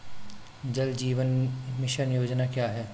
जल जीवन मिशन योजना क्या है?